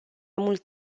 mult